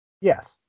Yes